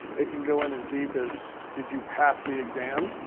it can go in as deep as, did you pass the exam?